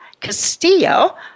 castillo